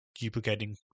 duplicating